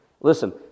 Listen